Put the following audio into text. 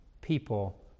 people